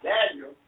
Daniel